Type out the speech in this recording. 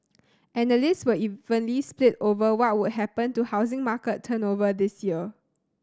analysts were evenly split over what would happen to housing market turnover this year